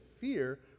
fear